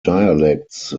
dialects